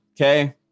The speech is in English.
okay